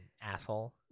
asshole